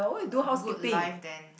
uh good life then